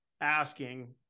asking